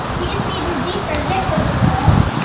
we just need a z for zipper girls.